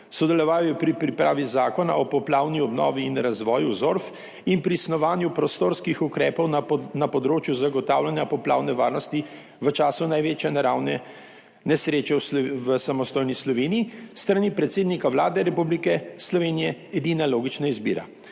sodeloval je pri pripravi Zakona o poplavni obnovi in razvoju ZORF in pri snovanju prostorskih ukrepov na področju zagotavljanja poplavne varnosti v času največje naravne nesreče v samostojni Sloveniji s strani predsednika **7. TRAK: (VP) 9.00** (nadaljevanje) Vlade Republike Slovenije edina logična izbira.